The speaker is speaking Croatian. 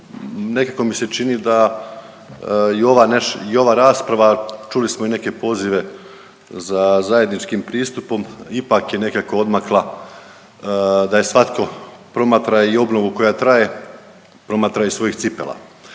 nekako mi se čini da i ova rasprava čuli smo i neke pozive za zajedničkim pristupom ipak je nekako odmakla da je svatko promatra i obnovu koja traje promatra iz svojih cipela.